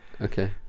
Okay